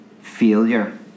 failure